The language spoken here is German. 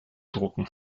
drucken